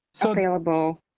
available